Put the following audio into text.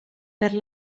per